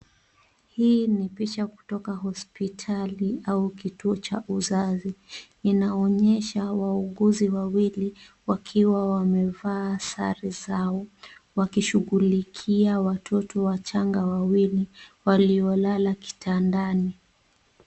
Hii ni picha kutoka hospitali au kituo cha uzazi. Inaonyesha wauguzi wawili wakiwa wamevaa sare zao, wakishughulikia watoto wachanga wawili waliolala kitandani.